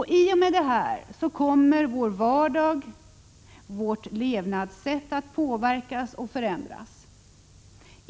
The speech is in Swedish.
I och med detta kommer också vår vardag och vårt levnadssätt att påverkas och förändras.